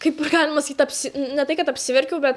kaip ir galima sakyti apsi ne tai kad apsiverkiau bet